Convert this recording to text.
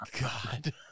God